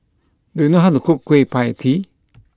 do you know how to cook Kueh Pie Tee